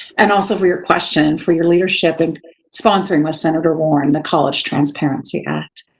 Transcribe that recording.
and also for your question, for your leadership and sponsoring with senator warren, the college transparency act.